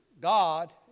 God